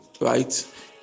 right